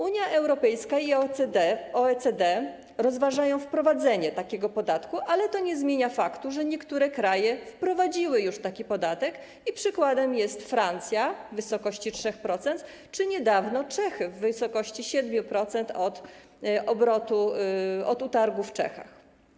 Unia Europejska i OECD rozważają wprowadzenie takiego podatku, ale to nie zmienia faktu, że niektóre kraje wprowadziły już taki podatek, przykładem jest Francja - w wysokości 3%, czy niedawno Czechy - w wysokości 7% od obrotu, od utargu w Czechach.